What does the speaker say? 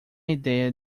ideia